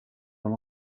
dans